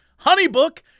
Honeybook